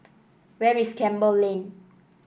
where is Campbell Lane